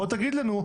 בוא תגיד לנו,